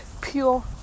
Pure